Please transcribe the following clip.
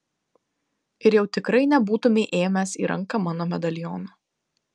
ir jau tikrai nebūtumei ėmęs į ranką mano medaliono